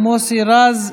מוסי רז,